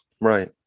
right